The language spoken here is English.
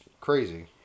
crazy